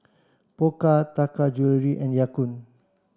Pokka Taka Jewelry and Ya Kun